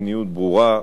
מדיניות ברורה,